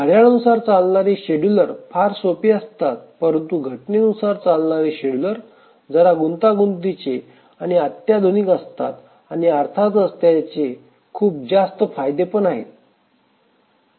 घड्याळानुसार चालणारे शेड्युलर फार सोपे असतात परंतु घटने नुसार चालणारे शेड्युलर जरा गुंतागुंतीचे आणि अत्याधुनिक असतात आणि अर्थातच त्यांचे खूप जास्त फायदे आहेत